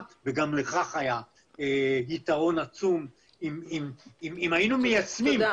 וגם לכך היה יתרון עצום אם היינו מיישמים.